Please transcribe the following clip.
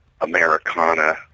Americana